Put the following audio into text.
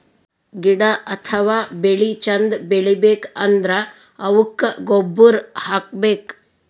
ಗಿಡ ಅಥವಾ ಬೆಳಿ ಚಂದ್ ಬೆಳಿಬೇಕ್ ಅಂದ್ರ ಅವುಕ್ಕ್ ಗೊಬ್ಬುರ್ ಹಾಕ್ಬೇಕ್